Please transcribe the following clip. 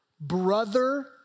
Brother